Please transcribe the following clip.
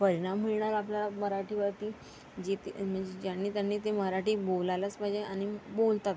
परिणाम मिळणार आपल्याला मराठीवरती जी ती म्हणजे ज्यांनी त्यांनी ते मराठी बोलायलास पाहिजे आणि बोलतात